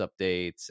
updates